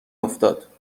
افتاد